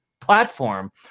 platform